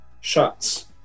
shots